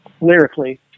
lyrically